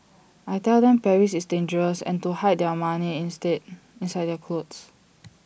I tell them Paris is dangerous and to hide their money instead inside their clothes